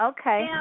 Okay